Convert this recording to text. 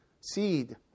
seed